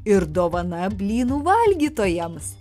ir dovana blynų valgytojams